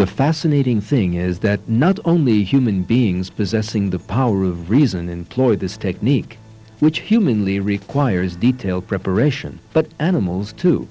the fascinating thing is that not only human beings possessing the power of reason employ this technique which humanly requires detailed preparation but animals to